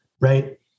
right